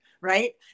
right